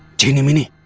genie meanie,